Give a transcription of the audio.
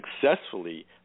successfully